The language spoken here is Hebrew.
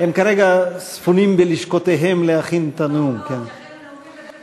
הם כרגע ספונים בלשכותיהם ומכינים את הנאום, כן.